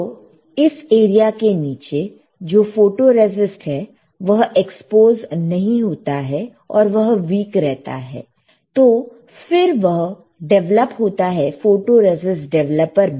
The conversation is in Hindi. तो इस एरिया के नीचे जो फोटोरेसिस्ट है वह एक्सपोज नहीं होता है और वह वीक रहता है तो फिर वो डिवेलप होता है फोटोरेसिस्ट डेवलपर में